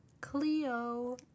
Cleo